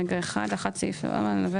בעצם, שכולן יעברו